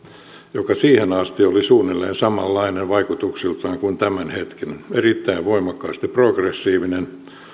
joka siihen asti oli suunnilleen samanlainen vaikutuksiltaan kuin tämänhetkinen erittäin voimakkaasti progressiivinen